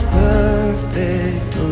perfect